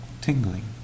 tingling